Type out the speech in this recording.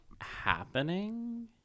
happening